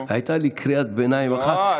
הייתה לי קריאת ביניים אחת.